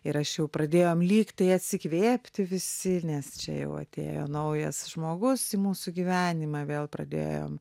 ir aš jau pradėjom lygtai atsikvėpti visi ir nes čia jau atėjo naujas žmogus į mūsų gyvenimą vėl pradėjom